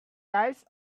dives